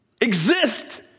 exist